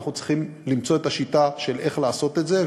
אנחנו צריכים למצוא את השיטה איך לעשות את זה,